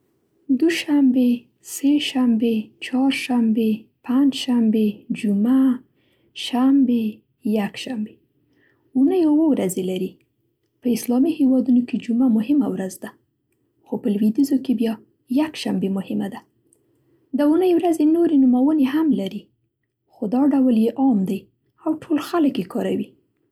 دوشنبې، سه شنبې، چهار شنبې، پنجشنبې، جمعه، شنبې، یکشنبې. اوونۍ اووه ورځې لري. په اسلامي هېوادونو کې جمعه مهمه ورځ ده خو په لوېدیځو کې بیا یکشنبه مهمه ده. د اوونۍ ورځې نورې نوموونې هم لري، خو دا ډول یې عام دی او ټول خلک یې کاروي.